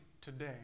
today